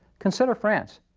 consider france.